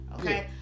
Okay